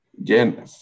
Again